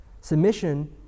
Submission